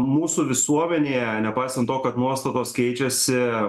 mūsų visuomenėje nepaisant to kad nuostatos keičiasi